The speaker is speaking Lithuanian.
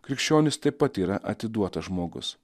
krikščionis taip pat yra atiduotas žmogus